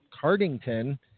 Cardington